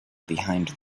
behind